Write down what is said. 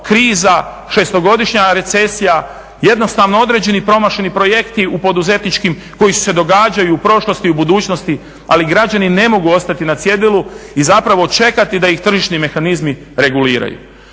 kriza, šestogodišnja recesija, jednostavno određeni promašeni projekti u poduzetničkim, koji se događaju u prošlosti, u budućnosti. Ali građani ne mogu ostati na cjedilu i zapravo čekati da ih tržišni mehanizmi reguliraju.